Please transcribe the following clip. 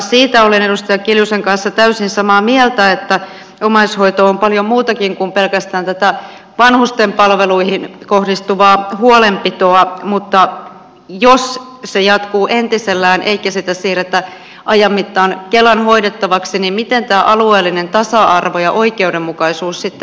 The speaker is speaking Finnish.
siitä olen edustaja kiljusen kanssa täysin samaa mieltä että omaishoito on paljon muutakin kuin pelkästään tätä vanhustenpalveluihin kohdistuvaa huolenpitoa mutta jos se jatkuu entisellään eikä sitä siirretä ajan mittaan kelan hoidettavaksi niin miten tämä alueellinen tasa arvo ja oikeudenmukaisuus sitten toteutuu